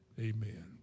Amen